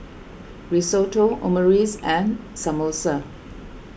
Risotto Omurice and Samosa